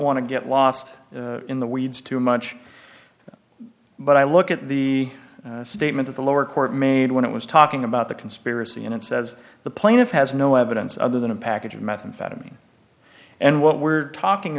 want to get lost in the weeds too much but i look at the statement that the lower court made when it was talking about the conspiracy and it says the plaintiff has no evidence other than a package of methamphetamine and what we're talking